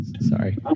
Sorry